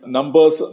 Numbers